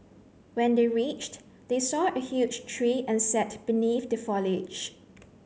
when they reached they saw a huge tree and sat beneath the foliage